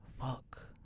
fuck